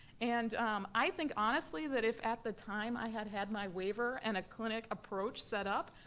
and um i think honestly, that if at the time i had had my waiver and a clinic approach set up,